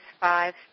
five